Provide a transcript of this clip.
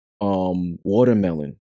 Watermelon